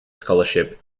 scholarship